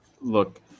Look